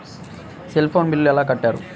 Cell phone bill ఎలా కట్టారు?